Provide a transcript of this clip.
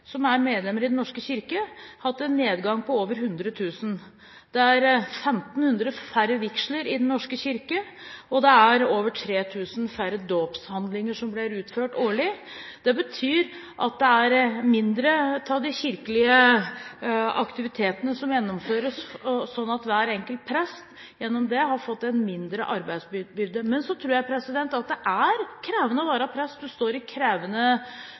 i Den norske kirke gått ned med over 100 000. Det er 1 500 færre vigsler i Den norske kirke, og det er over 3 000 færre dåpshandlinger som blir utført årlig. Det betyr at det er mindre av de kirkelige aktivitetene som gjennomføres, så hver enkelt prest har gjennom det fått en mindre arbeidsbyrde. Men så tror jeg at det er krevende å være prest. De står i krevende